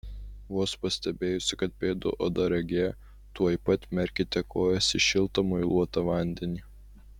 vos pastebėjusi kad pėdų oda ragėja tuoj pat merkite kojas į šiltą muiluotą vandenį